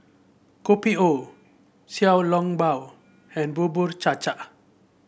Kopi O Xiao Long Bao and Bubur Cha Cha